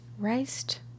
Riced